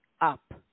up